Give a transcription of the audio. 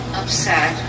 upset